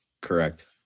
Correct